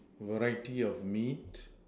varieties of meat